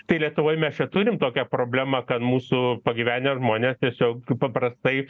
tai lietuvoj mes čia turim tokią problemą kad mūsų pagyvenę žmonės tiesiog paprastai